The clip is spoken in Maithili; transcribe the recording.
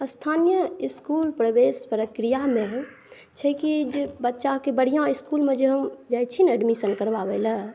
स्थानीय इसकुल प्रवेश प्रक्रियामे छै की जे बच्चाके बढ़िआँ इसकुलमे जे हम जाइ छी ने एडमिसन करबाबै लए